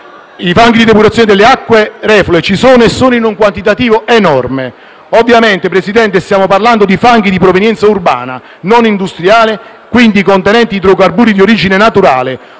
i fanghi di depurazione delle acque reflue ci sono e sono in un quantitativo enorme. Ovviamente, signor Presidente, stiamo parlando di fanghi di provenienza urbana, non industriale, quindi contenenti idrocarburi di origine naturale,